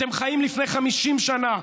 אתם חיים לפני 50 שנה,